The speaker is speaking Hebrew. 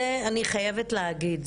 זה אני חייבת להגיד,